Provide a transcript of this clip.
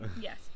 Yes